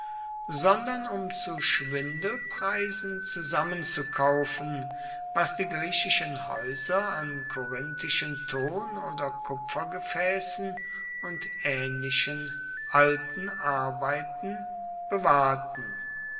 sondern um zu schwindelpreisen zusammenzukaufen was die griechischen häuser an korinthischen ton oder kupfergefäßen und ähnlichen alten arbeiten bewahrten